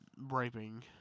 raping